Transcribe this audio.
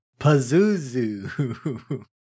Pazuzu